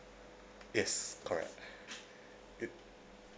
yes correct it